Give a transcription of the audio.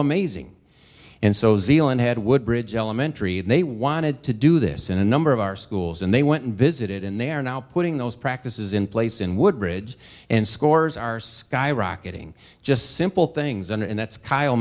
amazing and so zealand had woodbridge elementary and they wanted to do this in a number of our schools and they went and visited and they're now putting those practices in place in woodridge and scores are skyrocketing just simple things and that's kyle